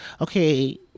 okay